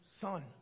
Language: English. son